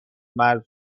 مرز